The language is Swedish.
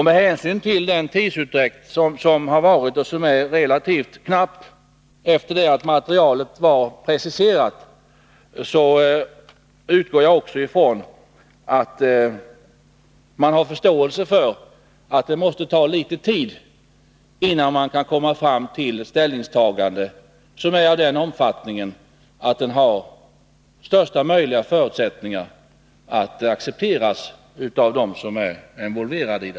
Med hänsyn till att tidsutdräkten, efter det att materialet preciserats, varit relativt liten, utgår jag också från att man har förståelse för att det måste ta litet tid innan det är möjligt att ta ställning och lägga fram förslag som har förutsättningar att accepteras av dem som är involverade.